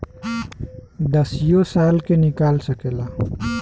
दसियो साल के निकाल सकेला